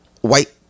white